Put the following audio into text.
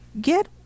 Get